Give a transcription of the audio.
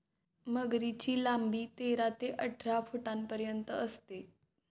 मगरीची लांबी तेरा ते अठरा फुटांपर्यंत असते